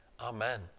amen